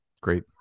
great